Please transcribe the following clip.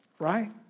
right